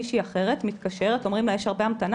מישהי אחרת מתקשרת ואומרים לה שיש הרבה המתנה